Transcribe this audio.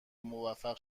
موفق